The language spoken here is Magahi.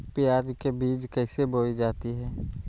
प्याज के बीज कैसे बोई जाती हैं?